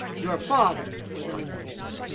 your father was an englishman.